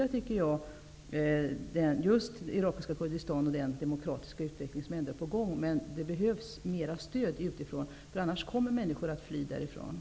Vi måste därför stödja irakiska Kurdistan och den demokratiska utveckling som är på gång. Det behövs alltså mer stöd utifrån, annars kommer människor att fly därifrån.